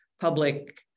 public